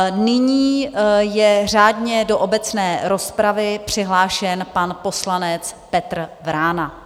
Nyní je řádně do obecné rozpravy přihlášen pan poslanec Petr Vrána.